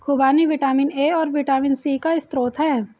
खूबानी vitamin A और vitamin C का स्रोत है